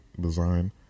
design